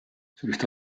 sellist